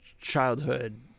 childhood